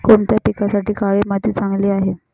कोणत्या पिकासाठी काळी माती चांगली आहे?